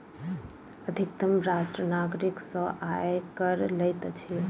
अधितम राष्ट्र नागरिक सॅ आय कर लैत अछि